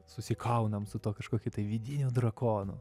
susikaunam su tuo kažkokiu tai vidiniu drakonu